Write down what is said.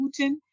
Putin